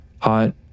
Hot